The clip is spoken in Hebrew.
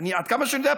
עד כמה שאני יודע,